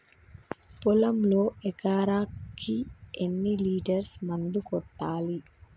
పొలంలో ఎకరాకి ఎన్ని లీటర్స్ మందు కొట్టాలి?